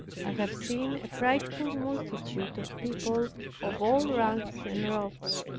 i have seen a frightful multitude of people of all ranks and robes,